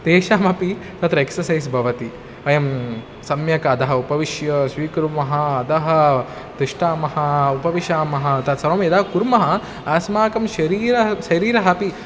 तेषामपि तत्र एक्ससैस् भवति वयं सम्यक् अधः उपविश्य स्वीकुर्मः अधः तिष्ठामः उपविशामः तत् सर्वं यदा कुर्मः अस्माकं शरीरं शरीरम् अपि